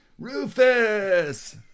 Rufus